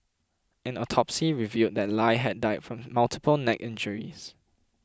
an autopsy revealed that Lie had died from multiple neck injuries